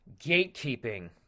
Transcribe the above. gatekeeping